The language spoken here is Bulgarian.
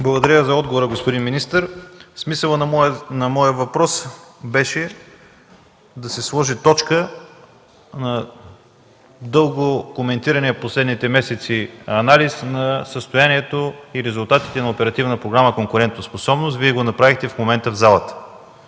Благодаря за отговора, господин министър. Смисълът на моя въпрос беше да се сложи точка на дълго коментирания през последните месеци анализ на състоянието и резултатите на Оперативна програма „Конкурентоспособност”, Вие го направихте в момента в залата.